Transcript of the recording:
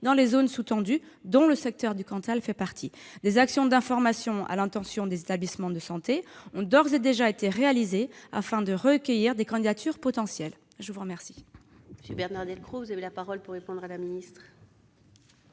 dans les zones sous-denses, dont le département du Cantal fait partie. Des actions d'information à l'attention des établissements de santé ont d'ores et déjà été réalisées, afin de recueillir des candidatures potentielles. La parole